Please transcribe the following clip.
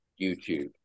YouTube